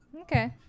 Okay